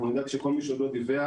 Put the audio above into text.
אנחנו נדאג שכל מי שעוד לא דיווח,